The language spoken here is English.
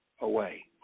away